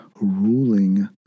ruling